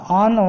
on